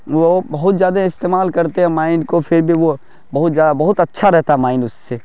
وہ بہت زیادہ استعمال کرتے ہیں مائنڈ کو پھر بھی وہ بہت اچھا رہتا ہے مائنڈ اس سے